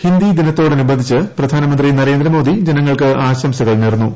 ഹിന്ദി ദിനത്തോടനുബന്ധിച്ച് പ്രധാനമന്ത്രി നരേന്ദ്രമോദി ജനങ്ങൾക്ക് ആശംസകൾ നേർന്നു